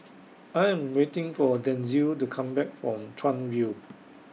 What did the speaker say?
I Am waiting For Denzil to Come Back from Chuan View